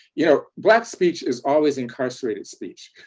you know, black speech is always incarcerated speech.